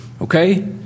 Okay